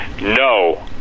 No